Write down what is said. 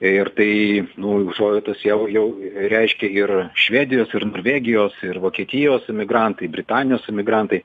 ir tai nu užuojautas jau jau reiškia ir švedijos ir norvegijos ir vokietijos emigrantai britanijos emigrantai